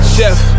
Chef